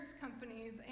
companies